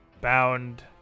bound